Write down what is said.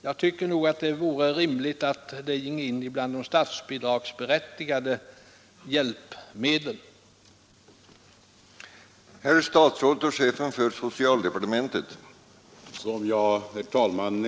Jag tycker att det vore rimligt att de ginge in bland de statsbidragsberättigade hjälpmedlen.